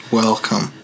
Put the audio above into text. welcome